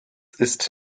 ist